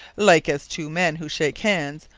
like as two men, who shake hands,